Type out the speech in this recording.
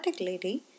lady